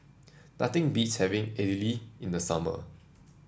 nothing beats having Idili in the summer